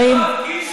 לא הרבה.